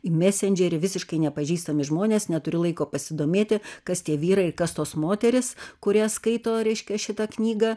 į mesendžerį visiškai nepažįstami žmonės neturiu laiko pasidomėti kas tie vyrai ir kas tos moterys kurie skaito reiškia šitą knygą